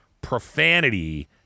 profanity